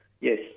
Yes